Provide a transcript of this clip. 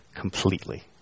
completely